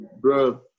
bro